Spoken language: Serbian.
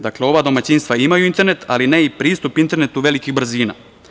Dakle, ova domaćinstva imaju internet, ali ne i pristup internetu velikih brzina.